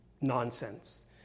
nonsense